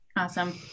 Awesome